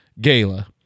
gala